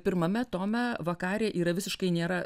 pirmame tome vakarė yra visiškai nėra